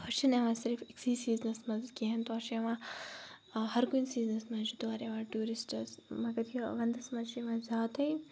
تور چھِنہٕ یِوان صرف أکسی سیٖزنَس مَنٛز کینٛہہ تور چھِ یِوان ہَر کُنہِ سیٖزنَس مَنٛز چھِ تور یِوان ٹورِسٹٕس مَگَر یہِ وَندَس مَنٛز چھِ یِوان زیادَے